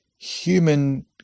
human